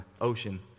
ocean